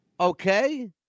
okay